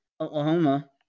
Oklahoma